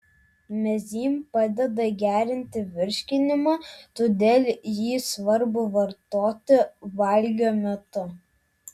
mezym padeda gerinti virškinimą todėl jį svarbu vartoti valgio metu